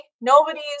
Nobody's